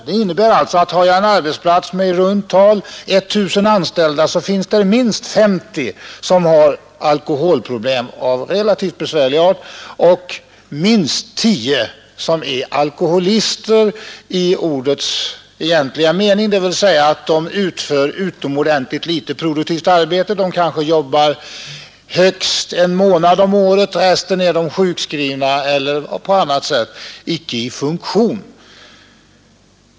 Det innebär att om jag har en arbetsplats med i runt tal 1 000 anställda, finns det minst 50 som har alkoholproblem av relativt besvärlig art och minst tio som är alkoholister i ordets egentliga mening dvs. som utför utomordentligt litet produktivt arbete. De kanske jobbar högst en månad om året. Resten av tiden är de sjukskrivna eller på annat sätt icke i funktion.